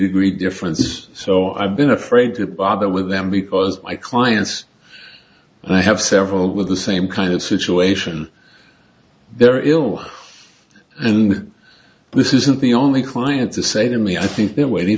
e difference so i've been afraid to bother with them because my clients and i have several with the same kind of situation they're ill and this isn't the only client to say to me i think they're waiting